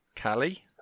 Callie